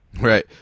Right